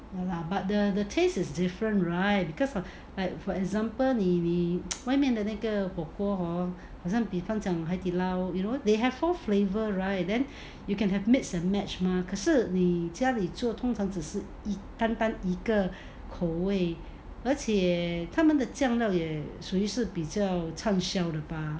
but the taste is different right because like for example 你你外面的那个火锅 hor 好像比方讲海底捞 you know they have four flavour right then you can have mix and match mah 可是你家里做通常只是一个口味而且他们的酱料也属于是比较沉香的吧